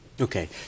Okay